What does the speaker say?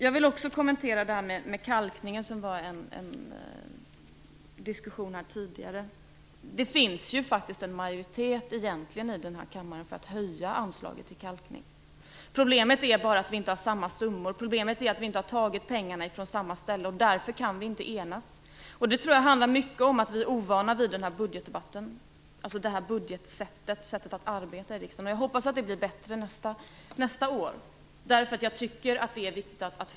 Jag vill också kommentera kalkningen, som det här fördes en diskussion om tidigare. Det finns faktiskt en majoritet här i kammaren för att höja anslaget till kalkning. Problemet är bara att vi inte föreslår samma summor och inte har tagit pengarna från samma ställe, och därför kan vi inte enas. Jag tror att det handlar mycket om att vi är ovana vid nya budgetarbetet och sättet att arbeta i riksdagen. Jag hoppas att det blir bättre nästa år.